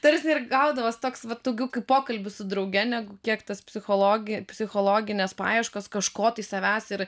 tarsi ir gaudavos toks va daugiau kaip pokalbis su drauge negu kiek tas psichologė psichologinės paieškos kažko tai savęs ir